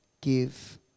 Give